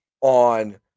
on